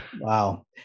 wow